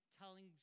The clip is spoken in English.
telling